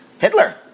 Hitler